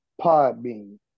Podbean